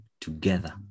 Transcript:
together